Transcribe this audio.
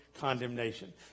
condemnation